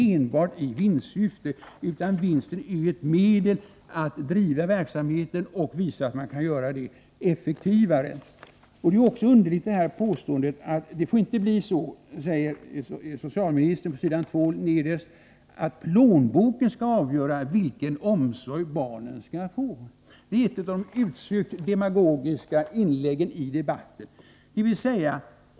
Det är inte fråga om enbart vinstsyfte, utan vinsten är ett medel att driva verksamheten och därmed visa att man kan göra det effektivare. Påståendet i svaret att plånboken kommer att avgöra vilken omsorg barnen skall få är också underligt. Det är ett av de mest utsökt demagogiska inläggen i den här debatten.